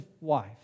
wife